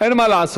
אין מה לעשות.